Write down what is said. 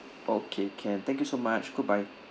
okay can thank you so much goodbye